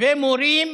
ומורים